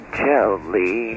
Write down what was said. jelly